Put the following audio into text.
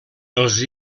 els